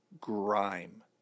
grime